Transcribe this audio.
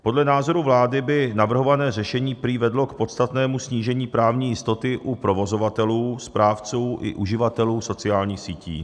Podle názoru vlády by navrhované řešení prý vedlo k podstatnému snížení právní jistoty u provozovatelů, správců i uživatelů sociálních sítí.